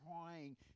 trying